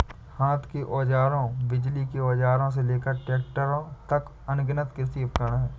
हाथ के औजारों, बिजली के औजारों से लेकर ट्रैक्टरों तक, अनगिनत कृषि उपकरण हैं